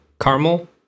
Caramel